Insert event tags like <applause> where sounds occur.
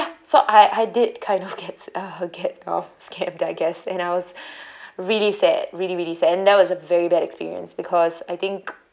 so I I did kind of get s~ uh get um scammed I guess and I was <breath> really sad really really sad and that was a very bad experience because I think